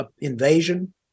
invasion